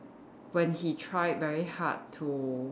when he tried very hard to